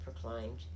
proclaimed